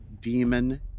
demon